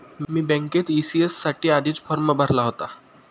मी बँकेत ई.सी.एस साठी आधीच फॉर्म भरला होता